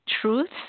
truths